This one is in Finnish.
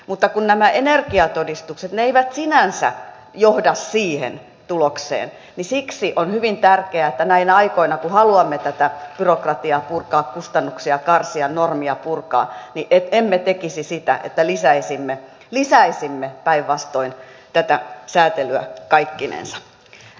mutta kun nämä energiatodistukset eivät sinänsä johda siihen tulokseen niin siksi on hyvin tärkeää että näinä aikoina kun haluamme tätä byrokratiaa purkaa kustannuksia karsia normeja purkaa emme tekisi sitä ja että päinvastoin lisäisimme tätä sääntelyä kaikkinensa